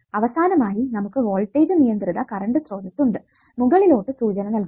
അവസാനമായി നമുക്ക് വോൾടേജ് നിയന്ത്രിത കറണ്ട് സ്രോതസ്സ് ഉണ്ട് മുകളിലോട്ട് സൂചന നൽകുന്നത്